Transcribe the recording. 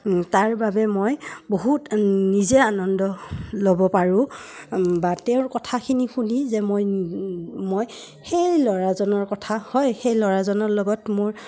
তাৰ বাবে মই বহুত নিজে আনন্দ ল'ব পাৰোঁ বা তেওঁৰ কথাখিনি শুনি যে মই মই সেই ল'ৰাজনৰ কথা হয় সেই ল'ৰাজনৰ লগত মোৰ